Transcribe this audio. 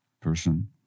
person